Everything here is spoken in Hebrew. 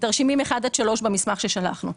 במסמך ששלחנו.